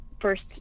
first